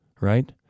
right